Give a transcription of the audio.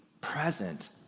present